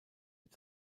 mit